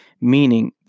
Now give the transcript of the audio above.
meaning